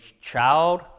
child